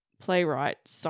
playwright